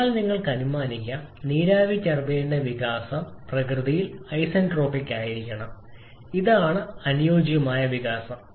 അതിനാൽ നിങ്ങൾക്ക് അനുമാനിക്കാം നീരാവി ടർബൈനിന്റെ വികാസം പ്രകൃതിയിൽ ഐസന്റ്രോപിക് ആയിരിക്കണം അതാണ് അനുയോജ്യമായ വികാസം